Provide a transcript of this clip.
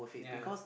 ya